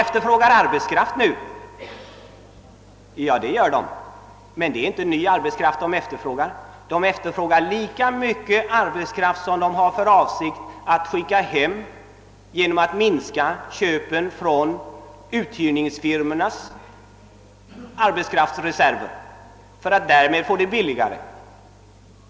efterfrågar arbetskraft, och det gör de; men de efterfrågar inte ny arbetskraft utan lika mycket som de har för avsikt att skicka hem genom att minska köpen från uthyrningsfirmorna, och detta i avsikt att få driften billigare.